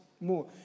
more